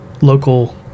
local